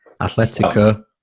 Atletico